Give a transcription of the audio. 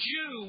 Jew